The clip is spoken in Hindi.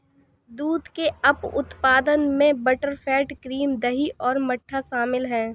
दूध के उप उत्पादों में बटरफैट, क्रीम, दही और मट्ठा शामिल हैं